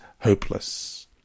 hopeless